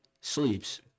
sleeps